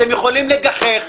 אתם יכולים לגחך,